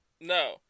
No